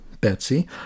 Betsy